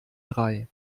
drei